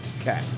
Okay